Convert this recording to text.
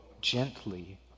gently